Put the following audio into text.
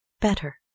Better